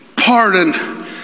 Pardon